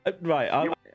Right